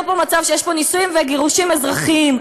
פה מצב שיש פה נישואים וגירושים אזרחיים.